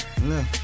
look